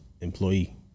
employee